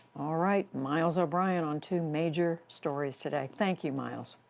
all right, miles o'brien on two major stories today. thank you, miles.